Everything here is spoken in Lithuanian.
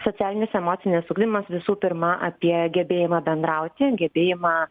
socialinis emocinis ugdymas visų pirma apie gebėjimą bendrauti gebėjimą